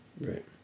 Right